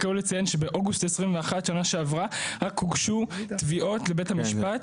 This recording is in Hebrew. רק ראוי לציין שבאוגוסט 2021 שנה שעברה רק הוגשו תביעות לבית המשפט,